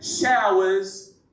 showers